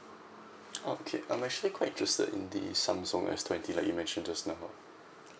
oh okay I'm actually quite interested in the samsung S twenty like you mentioned just now